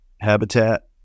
habitat